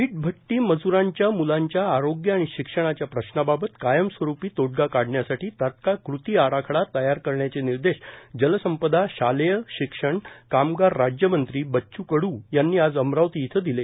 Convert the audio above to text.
वीटभट्टी मजरांच्या मुलांच्या आरोग्य आणि शिक्षणाच्या प्रश्नाबाबत कायमस्वरूपी तोडगा काढण्यासाठी तत्काळ कृती आराखडा तयार करण्याचे निर्देश जलसंपदा शालेय शिक्षण कामगार राज्यमंत्री बच्चू कडू यांनी आज अमरावती इथं दिले